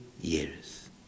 Years